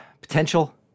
Potential